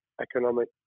economic